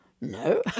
No